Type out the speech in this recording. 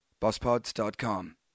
BossPods.com